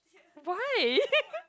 why